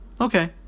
okay